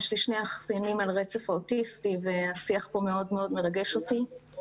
יש לי שני אחיינים על הרצף האוטיסטי השיח פה מאוד מאוד מרגש אותי.